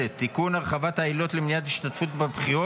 תשעה מתנגדים,